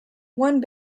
one